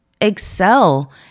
excel